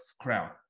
crown